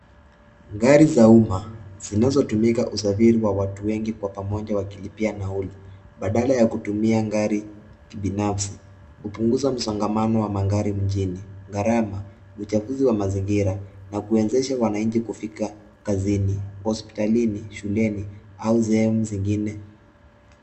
Gari za umma zinazotumika kwa usafiri wa watu wengi kwa pamoja wakilipia nauli badala ya kutumia gari kibinafsi hupunguza msongamano wa magari mjini gharama uchafuzi wa mazingira na kuwezesha wananchi kufika kazini hospitalini shule au sehemu zingine.